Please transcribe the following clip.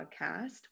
podcast